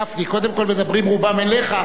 קודם כול מדברים רובם אליך,